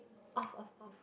off off off